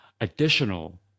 additional